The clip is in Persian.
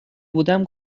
بودم